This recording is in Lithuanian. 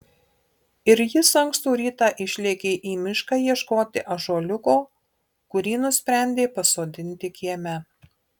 ir jis ankstų rytą išlėkė į mišką ieškoti ąžuoliuko kurį nusprendė pasodinti kieme